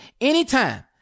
anytime